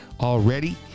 already